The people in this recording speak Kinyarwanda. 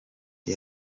com